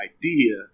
idea